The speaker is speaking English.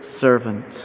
servant